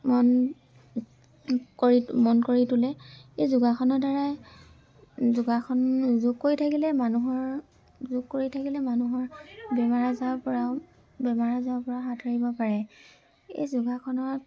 মন কৰি মন কৰি তোলে এই যোগাসনৰদ্বাৰাই যোগাসন যোগ কৰি থাকিলে মানুহৰ যোগ কৰি থাকিলে মানুহৰ বেমাৰ আজাৰৰপৰাও বেমাৰ আজাৰৰপৰাও হাত সাৰিব পাৰে এই যোগাসনত